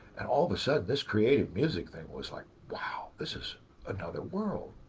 and all of a sudden, this creative music thing was like, wow. this is another world.